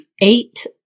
eight